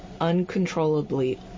uncontrollably